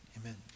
Amen